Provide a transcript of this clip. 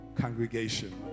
congregation